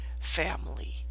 family